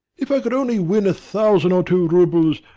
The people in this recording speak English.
if i could only win a thousand or two roubles,